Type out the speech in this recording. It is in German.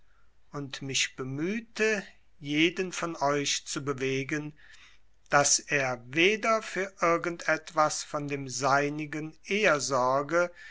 und mich bemühte jeden von euch zu bewegen daß er weder für irgend etwas von dem seinigen eher sorge